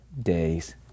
days